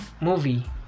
movie